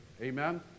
Amen